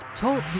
Talk